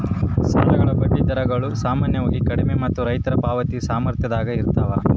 ಸಾಲಗಳ ಬಡ್ಡಿ ದರಗಳು ಸಾಮಾನ್ಯವಾಗಿ ಕಡಿಮೆ ಮತ್ತು ರೈತರ ಪಾವತಿ ಸಾಮರ್ಥ್ಯದಾಗ ಇರ್ತವ